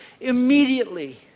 immediately